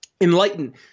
Enlighten